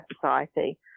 society